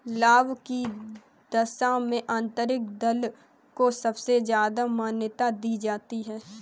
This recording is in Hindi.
लाभ की दशा में आन्तरिक दर को सबसे ज्यादा मान्यता दी जाती है